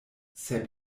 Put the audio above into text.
sep